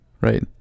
right